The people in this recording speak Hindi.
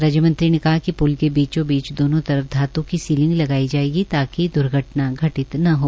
राज्यमंत्री ने कहा कि प्ल के बीचोबीच दोनो तरफ धात् की सीलिंग लगाई जायेगी ताकि द्र्घटना घटित ना हो